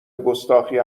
گستاخی